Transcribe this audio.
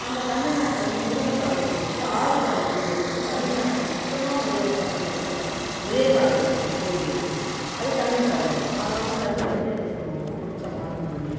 நம்ம தமிழ்நாட்டில் வந்து முருகக் கடவுளுக்கு வந்து ஆறுபடை வீடு வந்து தமிழ்நாட்டில் மட்டுந்தான் முருகனுக்கு அத்தினி இடத்துல ஒரே கடவுளுக்கு வந்து கோவில் இருக்கு அது தமிழ் கடவுள் அதனால் தமிழ் வந்து எங்களுக்கு ரொம்ப பிடிச்சமான மொழி